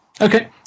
Okay